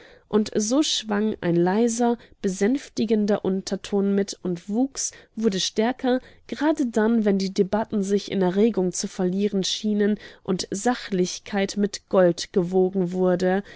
und so schwang ein leiser besänftigender unterton mit und wuchs wurde stärker gerade dann wenn die debatten sich in erregung zu verlieren schienen und sachlichkeit mit gold gewogen wurde